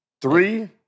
Three